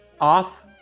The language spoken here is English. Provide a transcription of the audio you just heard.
off